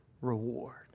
reward